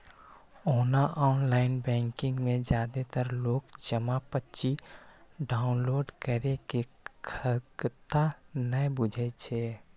ओना online banking मे जादेतर लोक जमा पर्ची डॉउनलोड करै के खगता नै बुझै छै